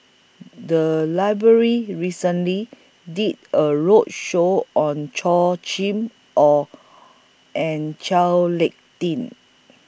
The Library recently did A roadshow on Chim Or and Chao Lick Tin